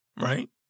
Right